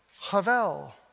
Havel